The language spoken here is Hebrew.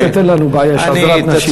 בכנסת אין לנו בעיה של הדרת נשים.